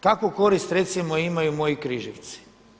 Kakvu korist recimo imaju moji Križevci?